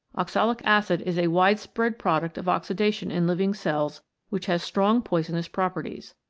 oxalic acid is a wide spread product of oxidation in living cells which has strong poisonous properties.